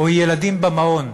או ילדים במעון,